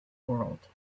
world